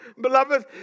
beloved